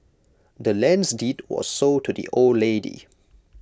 the land's deed was sold to the old lady